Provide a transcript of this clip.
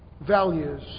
values